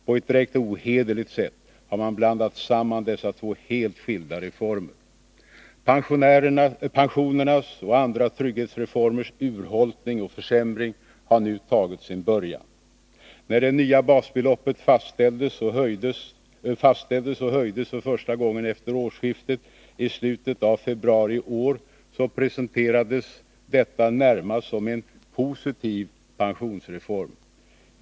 På ett direkt ohederligt sätt har man blandat samman dessa två helt skilda reformer. Pensionernas och andra trygghetsreformers urholkning och försämring har nu tagit sin början. När det nya basbeloppet fastställdes — och höjdes för första gången efter årsskiftet — i slutet av februari i år, så presenterades detta närmast som en positiv pensionsreform.